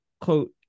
quote